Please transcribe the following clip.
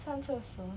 上厕所